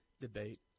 debate